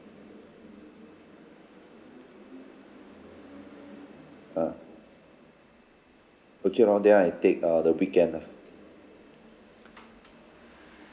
ah okay lor then I take uh the weekend lah